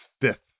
fifth